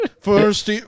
First